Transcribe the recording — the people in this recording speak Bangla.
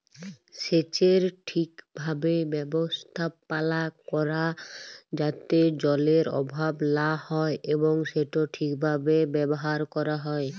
সেচের ঠিকভাবে ব্যবস্থাপালা ক্যরা যাতে জলের অভাব লা হ্যয় এবং সেট ঠিকভাবে ব্যাভার ক্যরা হ্যয়